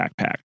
backpack